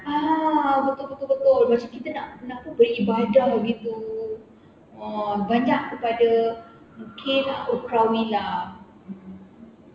ah betul betul betul macam kita nak apa beribadah gitu ah banyak kepada mungkin ukhrawi lah